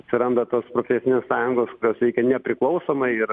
atsiranda tos profesinės sąjungos kurios veikia nepriklausomai ir